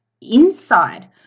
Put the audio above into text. Inside